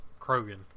Krogan